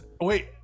Wait